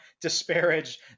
disparage